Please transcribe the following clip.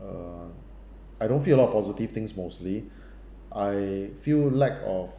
err I don't feel a lot of positive things mostly I feel lack of